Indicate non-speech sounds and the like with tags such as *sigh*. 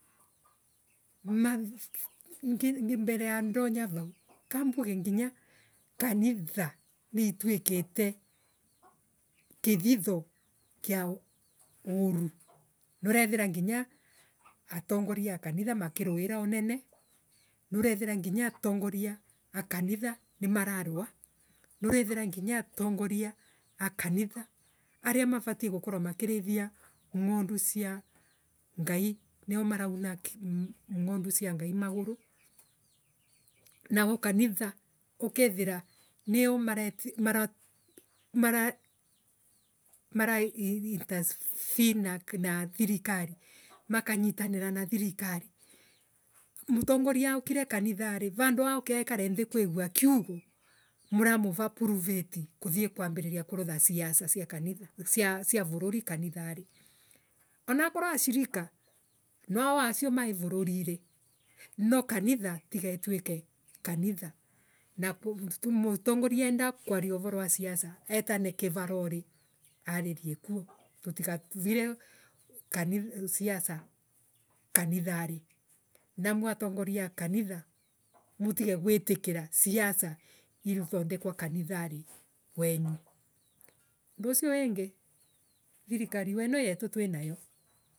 Mathii *hesitation* thi ngi mbere ya ndonya vau ka mbuge nginya atongoria a kanitha makiruira unene niurethera nginya atongoria a kanitha nimararua niurethera nginya atongoria a kanitha aria mavatie gukorwa makirithia ngondu cia ngai nio marauna ngondu cia ngai maguru nayo kanitha ukethira niyo mara. Mara Mara interfere na thirikari makanyitanira na thirikari. mutongoria aukire kanithari vando auke ekare nithi kuigua kiugo muramuva pulviti kuthie kwambiriria gweka siasa cia kanitha cia cia vururi kanithari. Anokorwa ashirika nwao acia mae vururiri noo kanitha tiga itueke kanitha na mutongoria enda kwaria uvarowa siasa tigaetane kivavore aririe kuo tutikarire kanith. Siasa kanithari. Nao atongoria a kanitha mutige guitikira siasa ithondekwa kanithari kwenyu. Lindu ucio wingi. thirikari ino yetu twinayo.